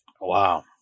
Wow